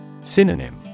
Synonym